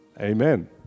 amen